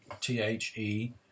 T-H-E